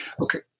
Okay